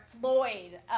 Floyd